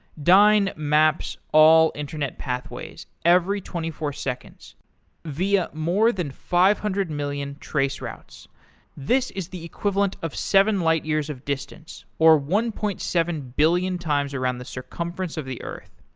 dyn maps all internet pathways every twenty four seconds via more than five hundred million traceroutes. this is the equivalent of seven light years of distance, or one point seven billion times around the circumference of the earth.